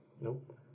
nope